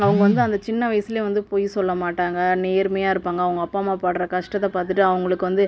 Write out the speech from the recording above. அவங்க வந்து அந்த சின்ன வயசிலேயே வந்து பொய் சொல்ல மாட்டாங்க நேர்மையாக இருப்பாங்க அவங்க அப்பா அம்மா படற கஷ்டத்தை பார்த்துட்டு அவங்களுக்கு வந்து